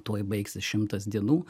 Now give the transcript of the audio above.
tuoj baigsis šimtas dienų